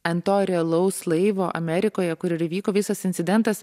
ant to realaus laivo amerikoje kur ir įvyko visas incidentas